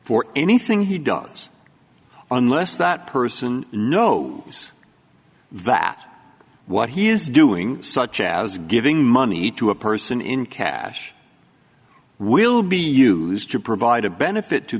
for anything he does unless that person knows that what he is doing such as giving money to a person in cash will be used to provide a benefit to